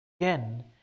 Again